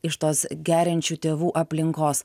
iš tos geriančių tėvų aplinkos